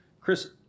Chris